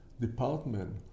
department